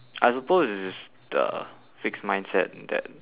I suppose it's the fixed mindset that